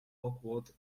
awkward